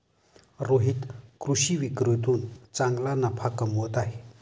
रोहित कृषी विक्रीतून चांगला नफा कमवत आहे